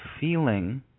feeling